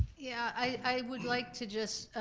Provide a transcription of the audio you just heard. yeah, i would like to just,